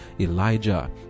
Elijah